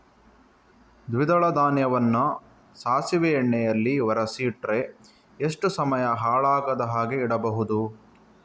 ದ್ವಿದಳ ಧಾನ್ಯವನ್ನ ಸಾಸಿವೆ ಎಣ್ಣೆಯಲ್ಲಿ ಒರಸಿ ಇಟ್ರೆ ಎಷ್ಟು ಸಮಯ ಹಾಳಾಗದ ಹಾಗೆ ಇಡಬಹುದು?